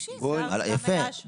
יפה.